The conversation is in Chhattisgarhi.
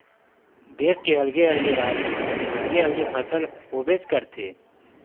देस के अलगे अलगे राज म अलगे अलगे फसल होबेच करथे